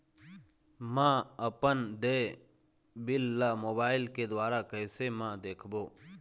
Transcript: म अपन देय बिल ला मोबाइल के द्वारा कैसे म देखबो?